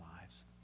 lives